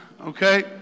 Okay